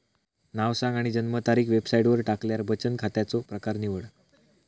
नाव सांग आणि जन्मतारीख वेबसाईटवर टाकल्यार बचन खात्याचो प्रकर निवड